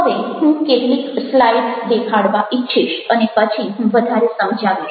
હવે હું કેટલીક સ્લાઈડ્સ દેખાડવા ઈચ્છીશ અને પછી હું વધારે સમજાવીશ